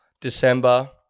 December